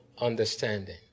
understanding